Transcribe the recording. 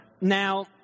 Now